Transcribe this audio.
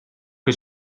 che